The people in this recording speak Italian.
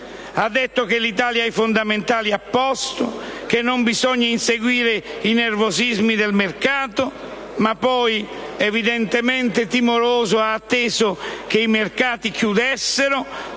Ha detto che l'Italia ha i fondamentali a posto, che non bisogna inseguire i nervosismi del mercato, ma poi, evidentemente timoroso, ha atteso che i mercati chiudessero